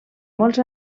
molts